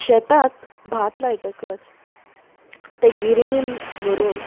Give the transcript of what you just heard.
शेतांत भात लायतकच ते गिरणीन व्हरून